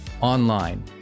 online